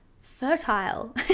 fertile